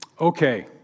okay